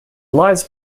lies